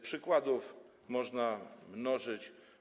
Przykłady można mnożyć.